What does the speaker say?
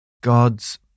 God's